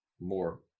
more